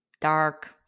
dark